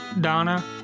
Donna